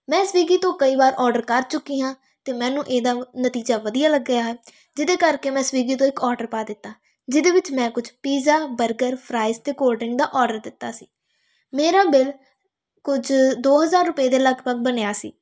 ਮੈਂ ਸਵੀਗੀ ਤੋਂ ਕਈ ਵਾਰ ਔਡਰ ਕਰ ਚੁੱਕੀ ਹਾਂ ਅਤੇ ਮੈਨੂੰ ਇਹਦਾ ਨਤੀਜਾ ਵਧੀਆ ਲੱਗਿਆ ਹੈ ਜਿਹਦੇ ਕਰਕੇ ਮੈਂ ਸਵੀਗੀ ਤੋਂ ਇੱਕ ਔਡਰ ਪਾ ਦਿੱਤਾ ਜਿਹਦੇ ਵਿੱਚ ਮੈਂ ਕੁਛ ਪੀਜ਼ਾ ਬਰਗਰ ਫਰਾਈਜ ਅਤੇ ਕੋਲਡ ਡਰਿੰਕ ਦਾ ਔਡਰ ਦਿੱਤਾ ਸੀ ਮੇਰਾ ਬਿੱਲ ਕੁਝ ਦੋ ਹਜ਼ਾਰ ਰੁਪਏ ਦੇ ਲਗਭਗ ਬਣਿਆ ਸੀ